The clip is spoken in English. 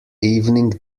evening